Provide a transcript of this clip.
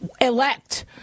elect